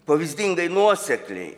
pavyzdingai nuosekliai